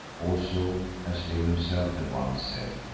also, as leo himself had once said,